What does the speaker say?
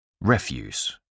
Refuse